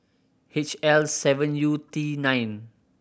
H L seven U T nine